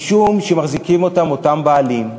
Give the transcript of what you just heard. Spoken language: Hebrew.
משום שמחזיקים אותם אותם בעלים,